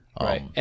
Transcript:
Right